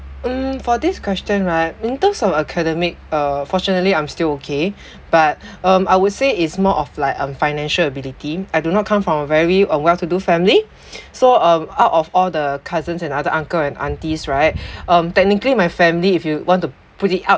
mm for this question right in terms of academic uh fortunately I'm still okay but um I would say it's more of like um financial ability I do not come from a very um well to do family so um out of all the cousins and other uncle and aunties right um technically my family if you want to put it out